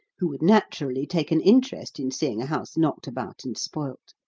who would naturally take an interest in seeing a house knocked about and spoilt.